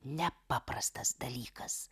nepaprastas dalykas